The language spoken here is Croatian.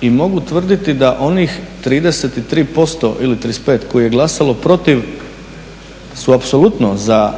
i mogu tvrditi da onih 33% ili 35% koji je glasalo protiv su apsolutno za